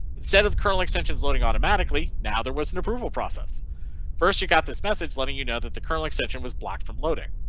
instead of kernel extensions loading automatically. now there was an approval process first you got this message letting you know that the kernel extension was blocked from loading.